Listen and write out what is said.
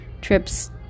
trips